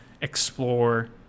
explore